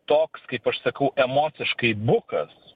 toks kaip aš sakau emociškai bukas